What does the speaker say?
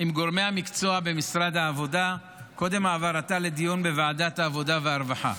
עם גורמי המקצוע במשרד העבודה קודם העברתה לדיון בוועדת העבודה והרווחה.